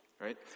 right